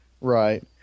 Right